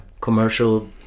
Commercial